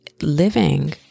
living